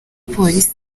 polisi